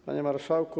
Panie Marszałku!